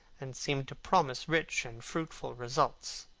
and seemed to promise rich and fruitful results.